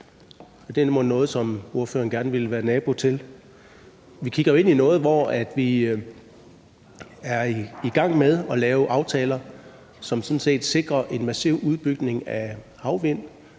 det mon noget, som ordføreren gerne ville være nabo til? Vi kigger jo ind i noget, hvor vi er i gang med at lave aftaler, som sådan set sikrer en massiv udbygning af energi